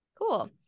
Cool